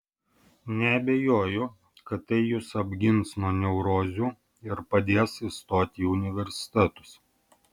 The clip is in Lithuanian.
neabejoju kad tai jus apgins nuo neurozių ir padės įstoti į universitetus